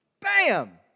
Bam